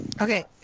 okay